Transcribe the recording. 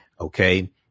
Okay